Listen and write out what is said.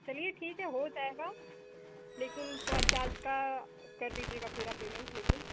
चलिए ठीक है हो जाएगा लेकिन थोड़ा चार्ज का कर दीजिएगा पूरा पेमेंट लेकिन